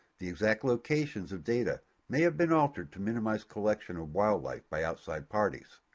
the exact locations of data may have been altered to minimize collection of wildlife by outside parties.